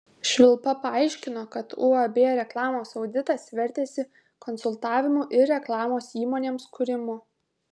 švilpa paaiškino kad uab reklamos auditas vertėsi konsultavimu ir reklamos įmonėms kūrimu